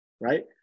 Right